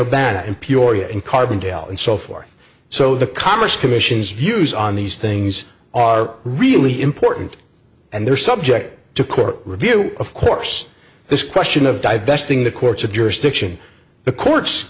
urbana in peoria in carbondale and so forth so the commerce commission's views on these things are really important and they're subject to court review of course this question of divesting the courts of jurisdiction the courts